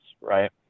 Right